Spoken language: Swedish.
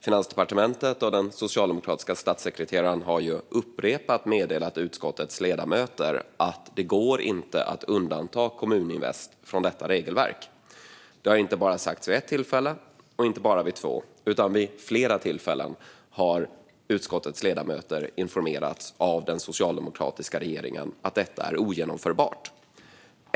Finansdepartementet och den socialdemokratiska statssekreteraren har upprepade gånger meddelat utskottets ledamöter att det inte går att undanta Kommuninvest från regelverket. Utskottets ledamöter har vid inte bara ett tillfälle och inte bara två tillfällen utan vid flera tillfällen informerats av den socialdemokratiska regeringen om att detta är ogenomförbart.